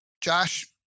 Josh